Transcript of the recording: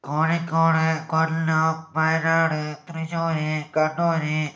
Kozhikode Kollam Wayanad Thrissur Kannur